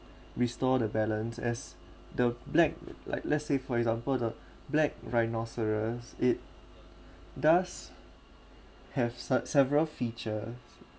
restore the balance as the black like let's say for example the black rhinoceros it does have such several feature